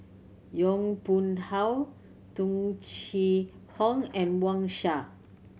Yong Pung How Tung Chye Hong and Wang Sha